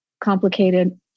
complicated